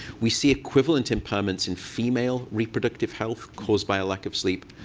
we see equivalent impairments in female reproductive health caused by a lack of sleep.